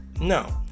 No